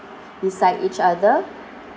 beside each other